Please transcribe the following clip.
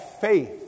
faith